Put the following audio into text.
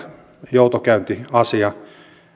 joutokäyntiasia